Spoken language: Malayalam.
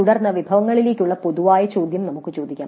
തുടർന്ന് വിഭവങ്ങളെക്കുറിച്ചുള്ള പൊതുവായ ചോദ്യം നമുക്ക് ചോദിക്കാം